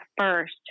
first